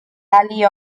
alley